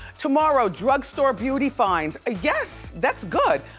tomorrow, drug store beauty finds. ah yes, that's good.